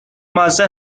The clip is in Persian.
مزه